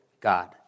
God